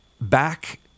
back